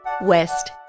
west